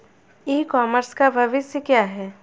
ई commerce का भविष्य क्या है?